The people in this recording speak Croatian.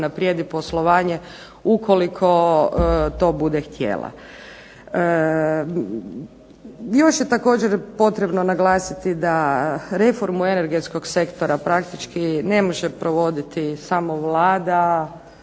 unaprijedi poslovanje ukoliko to bude htjela. Još je također potrebno naglasiti da reformu energetskog sektora praktički ne može provoditi samo Vlada,